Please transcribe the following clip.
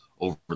over